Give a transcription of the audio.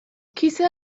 کیسه